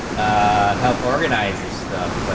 ah help organize is stuff but